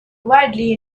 wildly